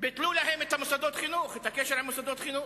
ביטלו להם את הקשר עם מוסדות החינוך.